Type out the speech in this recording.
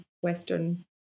Western